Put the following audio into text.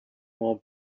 more